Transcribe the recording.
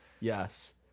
Yes